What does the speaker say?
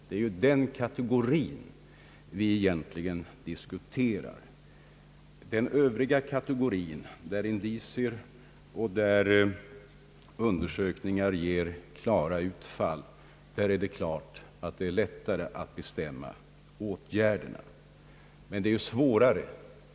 Det är ju den kategorin vi egentligen diskuterar — för de övriga, där indicier och undersökningar ger klara utslag, är det lättare att bestämma åtgärderna.